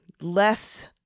less